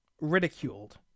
ridiculed